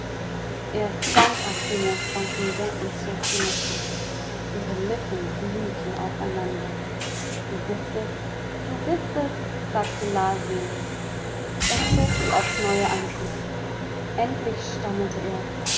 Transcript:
er sank auf die moosbank nieder und zog sie mit sich ihre lippen glühten aufeinander du bist es du bist es sagte la selig er zog sie aufs neue an sich endlich stammelte er